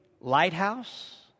lighthouse